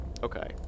Okay